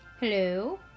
Hello